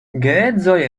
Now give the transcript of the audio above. geedzoj